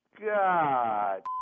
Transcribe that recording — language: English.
God